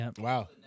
Wow